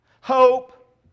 hope